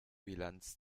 bilanz